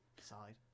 side